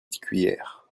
cuillère